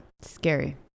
Scary